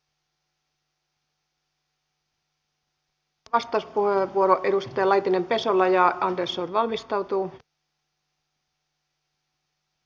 otetaan nyt samalla vastauspuheenvuoro edustaja laitinen pesola ja andersson valmistautuu